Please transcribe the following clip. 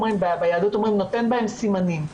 ביהדות אומרים, "נותן בהם סימנים".